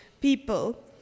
people